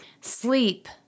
Sleep